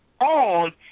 on